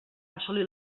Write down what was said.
assolí